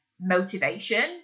motivation